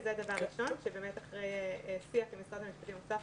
זה דבר ראשון שהוספנו אחרי שיח עם משרד המשפטים.